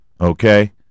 Okay